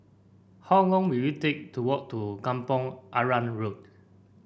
how long will it take to walk to Kampong Arang Road